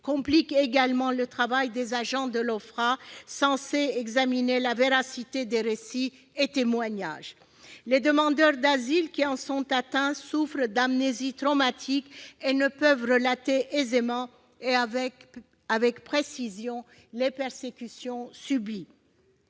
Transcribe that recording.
compliquent également le travail des agents de l'OFPRA, censés examiner la véracité des récits et témoignages. Les demandeurs d'asile qui en sont atteints souffrent d'amnésies traumatiques et ne peuvent relater aisément et avec précision les persécutions subies.